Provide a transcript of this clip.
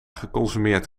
geconsumeerd